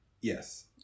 yes